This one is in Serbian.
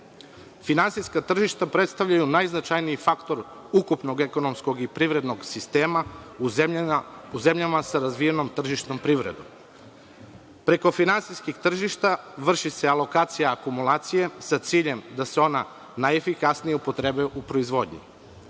tržišta. Finansijska tržišta predstavljaju najznačajniji faktor ukupnog ekonomskog i privrednog sistema u zemljama sa razvijenom tržišnom privredom. Preko finansijskih tržišta vrši se lokacija akomulacije sa ciljem da se ona najefikasnije upotrebe u proizvodnji.